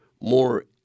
more